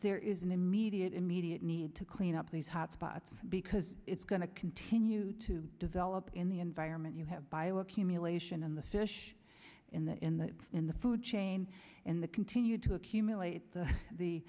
there is an immediate immediate need to clean up these hot spots because it's going to continue to develop in the environment you have bio accumulation in the fish in the in the in the food chain and the continued to accumulate the the